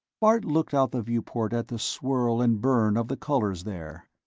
bart looked out the viewport at the swirl and burn of the colors there.